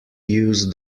use